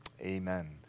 amen